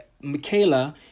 Michaela